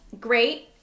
great